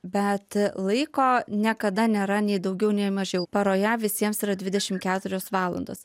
bet laiko niekada nėra nei daugiau nei mažiau paroje visiems yra dvidešim keturios valandos